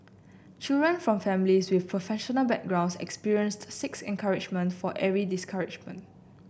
children from families with professional backgrounds experienced six encouragement for every discouragement